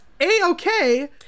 a-okay